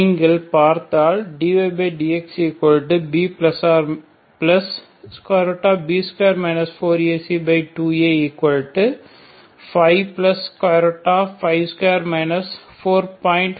நீங்கள் பார்த்தால் dydxBB2 4AC2A 552 4